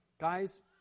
Guys